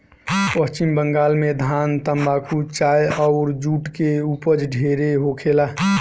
पश्चिम बंगाल में धान, तम्बाकू, चाय अउर जुट के ऊपज ढेरे होखेला